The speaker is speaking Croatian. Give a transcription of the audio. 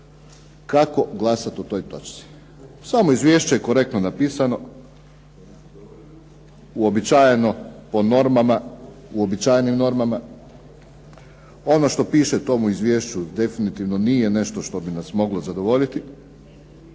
kako glasati o toj točci. Samo izvješće je korektno napisano, uobičajeno po normama, uobičajenim normama. Ono što piše u tom izvješću definitivno nije nešto što bi nas moglo zadovoljiti